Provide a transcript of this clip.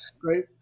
Great